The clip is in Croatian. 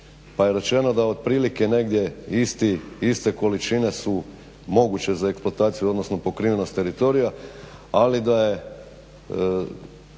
pa je rečeno da otprilike negdje iste količine su moguće za eksploataciju odnosno pokrivenost teritorija ali da je